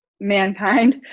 mankind